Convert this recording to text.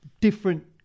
different